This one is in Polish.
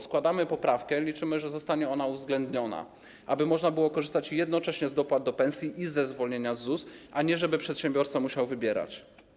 Składamy poprawkę - liczymy, że zostanie ona uwzględniona - aby można było korzystać jednocześnie z dopłat do pensji i ze zwolnienia z ZUS, a nie żeby przedsiębiorca musiał wybierać.